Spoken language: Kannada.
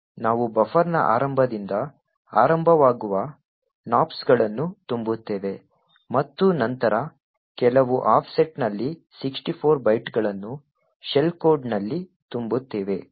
ನಾವು ಬಫರ್ನ ಆರಂಭದಿಂದ ಆರಂಭವಾಗುವ nops ಗಳನ್ನು ತುಂಬುತ್ತೇವೆ ಮತ್ತು ನಂತರ ಕೆಲವು ಆಫ್ಸೆಟ್ನಲ್ಲಿ 64 ಬೈಟ್ಗಳನ್ನು ಶೆಲ್ ಕೋಡ್ನಲ್ಲಿ ತುಂಬುತ್ತೇವೆ